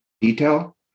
detail